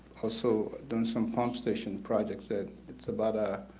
also done some pump station projects that it's about a